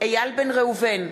אייל בן ראובן,